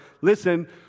Listen